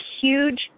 huge